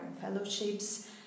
fellowships